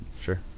Sure